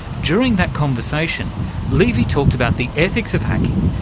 during that conversation levy talked about the ethics of hacking.